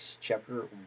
chapter